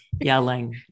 yelling